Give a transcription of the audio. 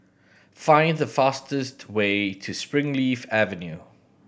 find the fastest way to Springleaf Avenue